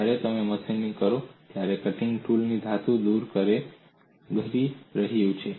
જ્યારે તમે મશીનિંગ કરો ત્યારે કટીંગ ટૂલ ધાતુ દૂર કરી રહ્યું છે